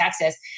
Texas